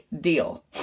deal